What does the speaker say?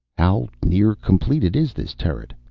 how near completed is this turret?